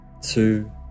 two